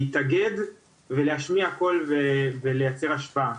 להתאגד ולהשמיע קול ולייצר השפעה.